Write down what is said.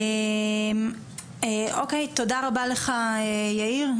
תודה רבה לך יאיר.